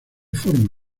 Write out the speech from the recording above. forma